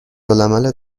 العمل